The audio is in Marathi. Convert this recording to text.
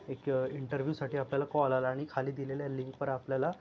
एक इंन्टर्व्ह्यूसाठी आपल्याला कॉल आला आणि खाली दिलेल्या लिंकवर आपल्याला